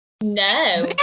No